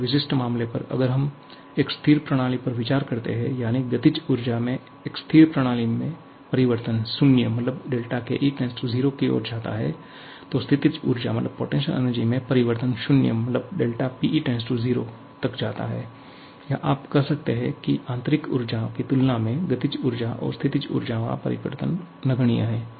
एक विशिष्ट मामले पर अगर हम एक स्थिर प्रणाली पर विचार करते हैं यानी गतिज ऊर्जा में एक स्थिर प्रणाली में परिवर्तन 0 ΔKE 0की ओर जाता है तो स्थितिज ऊर्जा में परिवर्तन 0 ΔPE 0 तक जाता है या आप कह सकते हैं की आंतरिक ऊर्जा की तुलना मे गतिज ऊर्जा और स्थितिज ऊर्जा का परिवर्तन नगण्य हैं